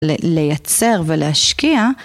לייצר ולהשקיע.